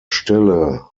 stelle